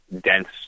dense